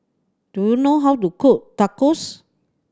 do you know how to cook Tacos